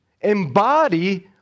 embody